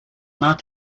not